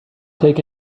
take